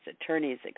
attorneys